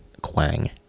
Quang